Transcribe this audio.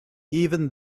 even